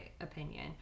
opinion